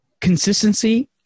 consistency